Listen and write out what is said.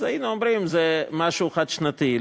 היינו אומרים: זה משהו חד-שנתי.